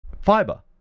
fiber